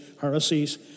heresies